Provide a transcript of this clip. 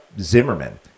Zimmerman